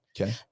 Okay